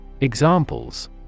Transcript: Examples